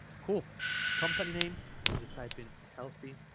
cool company name we'll just type in healthy